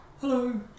Hello